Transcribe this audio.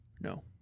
No